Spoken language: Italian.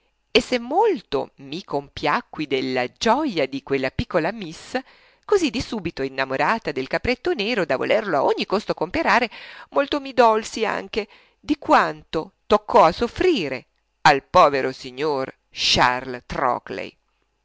e se molto mi compiacqui della gioja di quella piccola miss così di subito innamorata del capretto nero da volerlo a ogni costo comperare molto di quanto toccò a soffrire al povero signor charles trockley